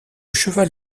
cheval